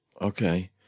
Okay